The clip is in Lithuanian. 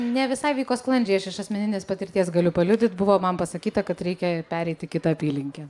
ne visai vyko sklandžiai aš iš asmeninės patirties galiu paliudyt buvo man pasakyta kad reikia pereit į kitą apylinkę